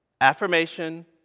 Affirmation